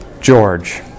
George